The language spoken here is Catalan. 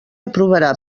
aprovarà